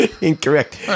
Incorrect